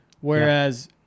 whereas